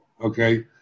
Okay